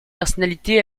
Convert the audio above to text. personnalités